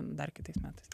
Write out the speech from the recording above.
dar kitais metais